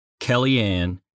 Kellyanne